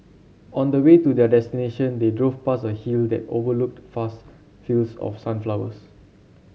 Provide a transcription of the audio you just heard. on the way to their destination they drove past a hill that overlooked vast fields of sunflowers